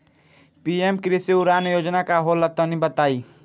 PM कृषि उड़ान योजना का होला तनि बताई?